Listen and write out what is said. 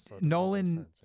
Nolan